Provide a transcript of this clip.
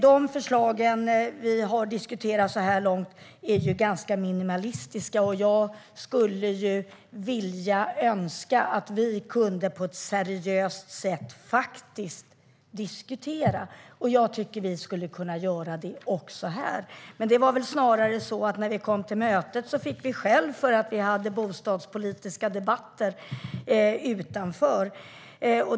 De förslag vi har diskuterat så här långt är ju ganska minimalistiska, och jag skulle ju vilja och önska att vi på ett seriöst sätt faktiskt kunde diskutera. Jag tycker att vi skulle kunna göra det också här. Men det var snarare så att vi när vi kom till mötet fick skäll för att vi hade bostadspolitiska debatter utanför.